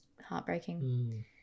heartbreaking